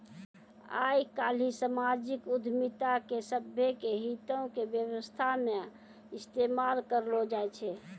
आइ काल्हि समाजिक उद्यमिता के सभ्भे के हितो के व्यवस्था मे इस्तेमाल करलो जाय छै